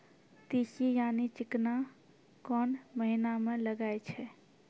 तीसी यानि चिकना कोन महिना म लगाय छै?